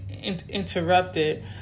interrupted